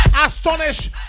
astonish